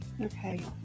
okay